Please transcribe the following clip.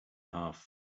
half